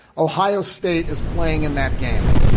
ohio state is playing in that game.